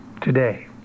today